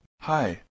Hi